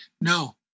No